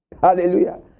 Hallelujah